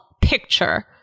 picture